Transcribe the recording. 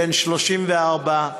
בן 34,